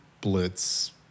blitz